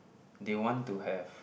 they want to have